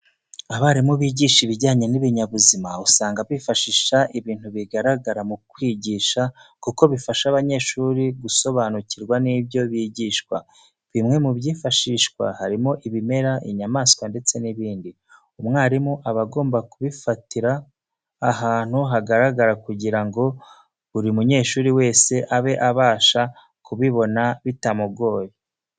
Abarimu bigisha ibijyanye n'ibinyabuzima usanga bifashisha ibintu bigaragara mu kwigisha kuko bifasha abanyeshuri gusobanukirwa n'ibyo bigishwa. Bimwe mu byifashishwa harimo ibimera, inyamaswa ndetse n'ibindi. Umwarimu aba agomba kubifatira ahantu hagaragara kugira ngo buri munyeshuri wese abe abasha kubibona bitamugoye.